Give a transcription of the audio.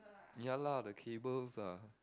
ya lah the cables are